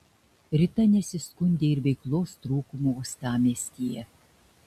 rita nesiskundė ir veiklos trūkumu uostamiestyje